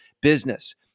business